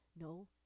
No